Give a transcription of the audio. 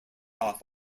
off